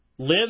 live